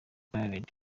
eyed